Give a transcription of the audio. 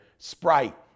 Sprite